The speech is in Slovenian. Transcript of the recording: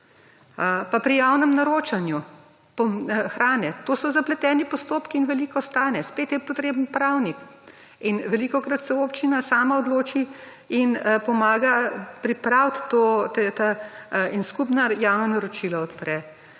pri javnem naročanju hrane to so zapleteni postopki in veliko stane spet je potreben pravnik. Velikokrat se občina sama odloči in pomaga pripraviti in skupna javna naročila odpre